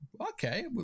okay